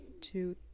two